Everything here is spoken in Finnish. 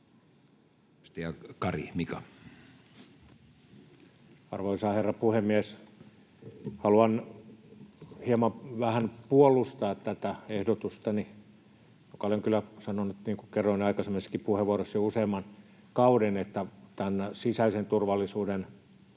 Content: Arvoisa herra puhemies! Haluan hieman, vähän puolustaa tätä ehdotustani, jonka olen kyllä sanonut, niin kuin kerroin, aikaisemmissakin puheenvuoroissa jo useamman kauden, että tämän sisäisen turvallisuuden